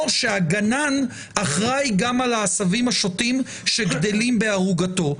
או שהגנן אחראי גם על העשבים השוטים שגדלים בערוגתו.